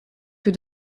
que